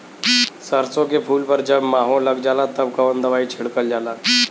सरसो के फूल पर जब माहो लग जाला तब कवन दवाई छिड़कल जाला?